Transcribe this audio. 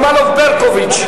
שמאלוב-ברקוביץ?